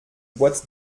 boîte